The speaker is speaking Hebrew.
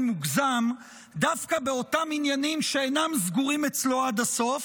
מוגזם דווקא באותם עניינים שאינם סגורים אצלו עד הסוף,